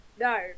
no